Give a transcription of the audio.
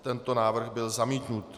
Tento návrh byl zamítnut.